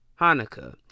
Hanukkah